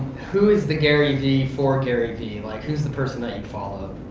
who is the gary vee for gary vee, like who is the person that you follow?